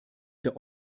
der